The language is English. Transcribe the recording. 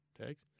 Tags